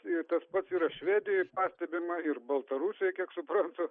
ir tas pats yra švedijoj pastebima ir baltarusijoj kiek suprantu